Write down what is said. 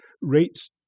rates